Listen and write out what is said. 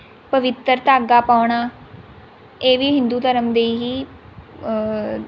ਪਵਿੱਤਰ ਧਾਗਾ ਪਾਉਣਾ ਇਹ ਵੀ ਹਿੰਦੂ ਧਰਮ ਦੇ ਹੀ